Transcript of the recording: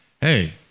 Hey